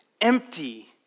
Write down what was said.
empty